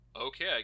okay